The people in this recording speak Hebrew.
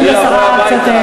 כללי המשחק האומרים,